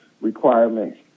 requirements